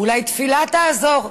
אולי תפילה תעזור?